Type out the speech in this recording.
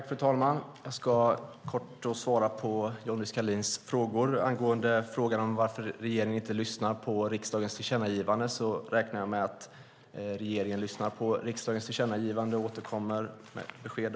Fru talman! Jag ska kort svara på Johnny Skalins frågor. Det var en fråga om varför regeringen inte lyssnar på riksdagens tillkännagivanden. Jag räknar med att regeringen lyssnar på riksdagens tillkännagivanden och återkommer med ett besked.